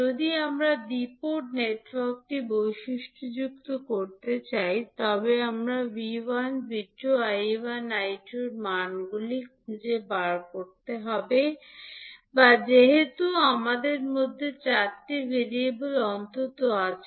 যদি আমরা দ্বি পোর্ট নেটওয়ার্কটি বৈশিষ্ট্যযুক্ত করতে চাই তবে আমাদের 𝐕1 𝐕2 𝐈𝟏 𝐈𝟐 এর মানগুলি খুঁজে বের করতে হবে বা যেহেতু আমাদের মধ্যে চারটি ভেরিয়েবল অন্তত আছে